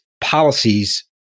policies